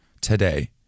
Today